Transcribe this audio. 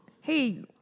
hey